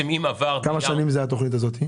כמה שנים קיימת התכנית הזאת?